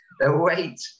wait